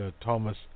Thomas